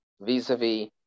vis-a-vis